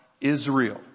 Israel